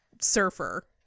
surfer